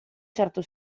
certo